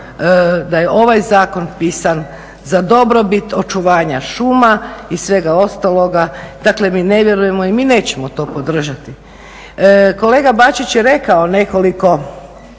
da je ovaj zakon pisan za dobrobit očuvanja šuma i svega ostaloga. Dakle, mi nevjerujemo i mi nećemo to podržati. Kolega Bačić je rekao nekoliko